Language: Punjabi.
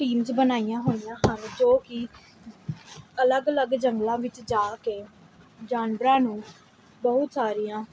ਟੀਮਸ ਬਣਾਈਆਂ ਹੋਈਆਂ ਹਨ ਜੋ ਕਿ ਅਲੱਗ ਅਲੱਗ ਜੰਗਲਾਂ ਵਿੱਚ ਜਾ ਕੇ ਜਾਨਵਰਾਂ ਨੂੰ ਬਹੁਤ ਸਾਰੀਆਂ